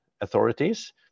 authorities